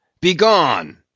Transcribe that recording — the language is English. Begone